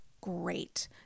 great